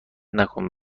نکن